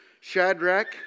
Shadrach